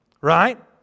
Right